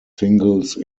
singles